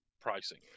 pricing